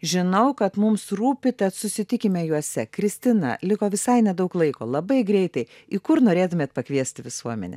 žinau kad mums rūpi tad susitikime juose kristina liko visai nedaug laiko labai greitai į kur norėtumėt pakviesti visuomenę